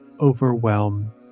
overwhelm